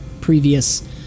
previous